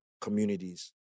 communities